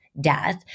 death